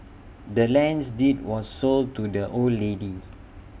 the land's deed was sold to the old lady